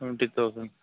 twenty thousand